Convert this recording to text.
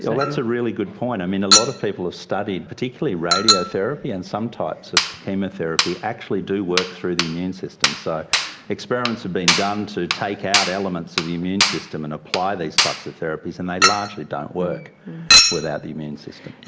so that's a really good point. and a lot of people have studied, particularly radiotherapy and some types of chemotherapy actually do work through the immune system. so experiments have been done to take out elements of the immune system and apply these types of therapies, and they largely don't work without the immune system.